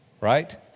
right